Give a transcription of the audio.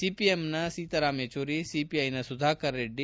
ಸಿಪಿಐಎಂನ ಸೀತಾರಾಮ್ ಯೆಚೂರಿ ಸಿಪಿಐನ ಸುಧಾಕರ್ ರೆಡ್ಡಿ